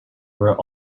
were